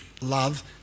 love